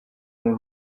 n’u